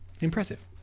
Impressive